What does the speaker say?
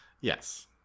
Yes